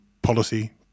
policy